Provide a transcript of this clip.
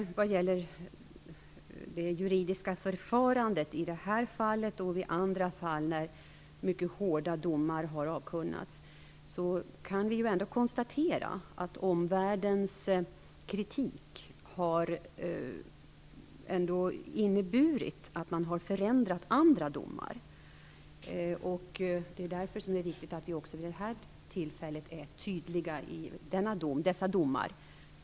Vad gäller det juridiska förfarandet i det här fallet och i andra fall när mycket hårda domar har avkunnats kan vi ändå konstatera att omvärldens kritik har inneburit att man har förändrat andra domar. Därför är det viktigt att vi också vid det här tillfället är tydliga när det gäller dessa domar.